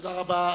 תודה רבה.